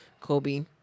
Kobe